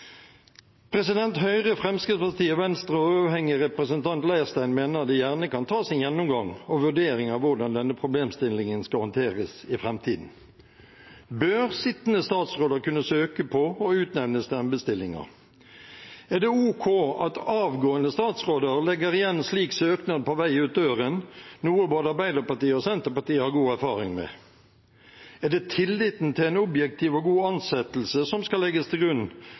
Høyre, Fremskrittspartiet, Venstre og uavhengig representant Leirstein mener det gjerne kan tas en gjennomgang og vurdering av hvordan denne problemstillingen skal håndteres i framtiden. Bør sittende statsråder kunne søke på og utnevnes til embetsstillinger? Er det ok at avgående statsråder legger igjen en slik søknad på vei ut døren, noe både Arbeiderpartiet og Senterpartiet har god erfaring med? Er det tilliten til en objektiv og god ansettelse som skal legges til grunn,